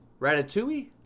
Ratatouille